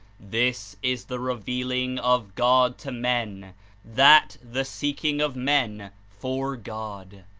this is the re vealing of god to men that, the seeking of men for god.